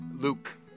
Luke